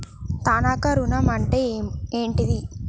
తనఖా ఋణం అంటే ఏంటిది?